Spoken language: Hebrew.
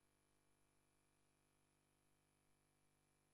1. אדוני